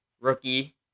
rookie